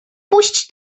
puść